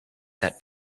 that